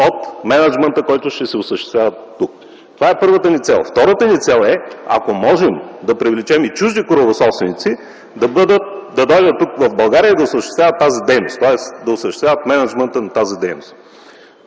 от мениджмънта, който ще се осъществява тук. Това е първата ни цел. Втората ни цел е, ако можем да привлечем и чужди корабособственици да дойдат тук, в България, и да осъществяват мениджмънта на тази дейност.